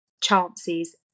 chances